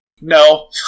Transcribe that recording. No